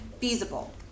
feasible